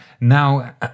Now